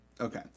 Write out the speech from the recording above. Okay